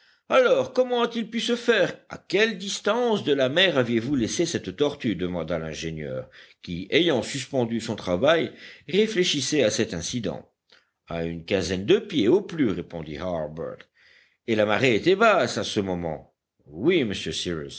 alors comment a-t-il pu se faire à quelle distance de la mer aviez-vous laissé cette tortue demanda l'ingénieur qui ayant suspendu son travail réfléchissait à cet incident à une quinzaine de pieds au plus répondit harbert et la marée était basse à ce moment oui monsieur